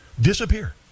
disappear